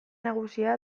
nagusia